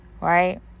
Right